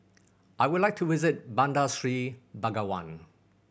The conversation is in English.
I would like to visit Bandar Seri Begawan